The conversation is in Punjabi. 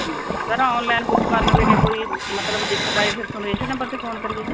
ਠੀਕ ਹੈ ਜੀ ਸਰ ਔਨਲਾਈਨ ਬੁੱਕ ਕਰਨ ਵੇਲੇ ਕੋਈ ਮਤਲਬ ਦਿੱਕਤ ਆਈ ਫਿਰ ਤੁਹਾਨੂੰ ਇਸ ਨੰਬਰ 'ਤੇ ਫੋਨ ਕਰੀਏ